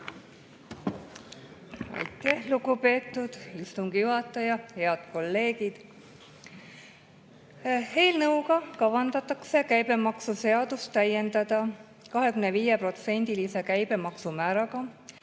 Aitäh! Lugupeetud istungi juhataja! Head kolleegid! Eelnõuga kavandatakse käibemaksuseadust täiendada 25%‑lise käibemaksumääraga.